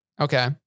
Okay